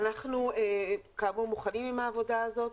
אנחנו מוכנים עם העבודה הזאת.